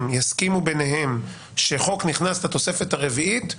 יסכימו ביניהם שחוק נכנס לתוספת הרביעית,